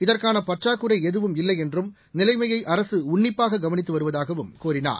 இதற்காள பற்றாகுறை எதவும் இல்லை என்றும் நிலைமையை அரசு உன்னிப்பாக கவனித்து வருவதாகவும் கூறினார்